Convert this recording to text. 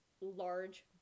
large